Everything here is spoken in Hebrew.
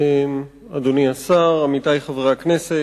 אדוני השר, עמיתי חברי הכנסת,